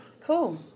Cool